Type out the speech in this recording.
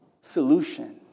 Solution